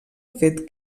fet